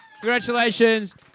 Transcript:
Congratulations